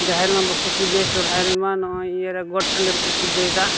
ᱡᱟᱦᱮᱨ ᱨᱮᱢᱟ ᱵᱟᱠᱚ ᱯᱩᱡᱟᱹᱭ ᱥᱚᱦᱨᱟᱭ ᱨᱮᱢᱟ ᱱᱚᱜᱼᱚᱭ ᱤᱭᱟᱹᱨᱮ ᱜᱚᱴ ᱴᱟᱺᱰᱤ ᱨᱮᱠᱚ ᱯᱩᱡᱟᱹᱭᱮᱫᱟ